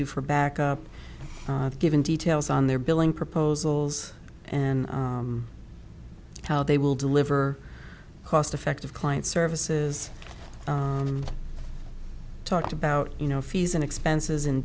do for back up giving details on their billing proposals and how they will deliver cost effective client services talked about you know fees and expenses in